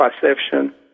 perception